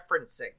referencing